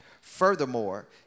Furthermore